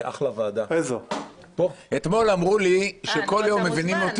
החוק שהונחה על שולחן הוועדה